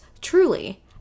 truly